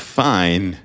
fine